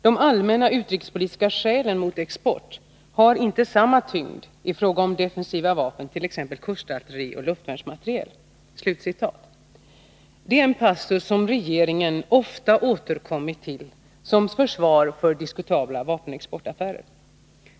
De allmänna utrikespolitiska skälen mot export har inte samma tyngd i fråga om defensiva vapen, t.ex. kustartilleri och luftvärnsmateriel.” Detta är en passus som regeringen ofta återkommit till som försvar för diskutabla vapenexportaffärer.